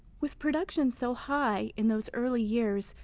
with production so high in those early years,